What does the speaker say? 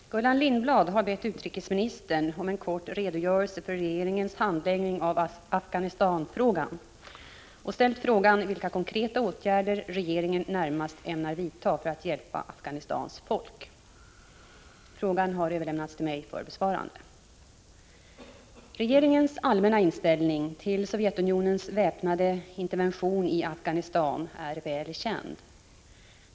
Herr talman! Gullan Lindblad har bett utrikesministern om en kort redogörelse för regeringens handläggning av Afghanistan-frågan och ställt frågan vilka konkreta åtgärder regeringen närmast ämnar vidta för att hjälpa Afghanistans folk. Frågan har överlämnats till mig för besvarande. Regeringens allmänna inställning till Sovjetunionens väpnade intervention i Afghanistan är väl känd.